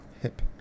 hip